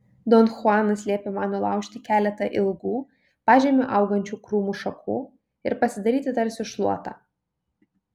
don chuanas liepė man nulaužti keletą ilgų pažemiu augančių krūmų šakų ir pasidaryti tarsi šluotą